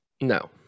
No